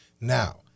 Now